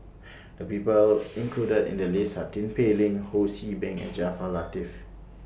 The People included in The list Are Tin Pei Ling Ho See Beng and Jaafar Latiff